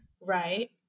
Right